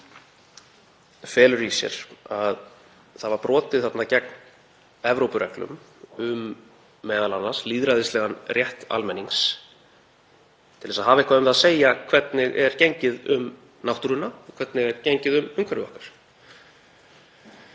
felur í sér að þarna var brotið gegn Evrópureglum um m.a. lýðræðislegan rétt almennings til þess að hafa eitthvað um það að segja hvernig er gengið um náttúruna og hvernig er gengið um umhverfi okkar.